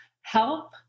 help